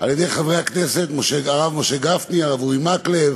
על-ידי חברי הכנסת הרב משה גפני, הרב אורי מקלב,